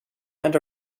and